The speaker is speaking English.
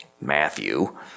Matthew